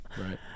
Right